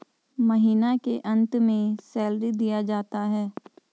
महीना के अंत में सैलरी दिया जाता है